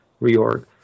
reorg